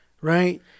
Right